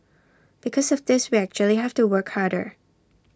because of this we actually have to work harder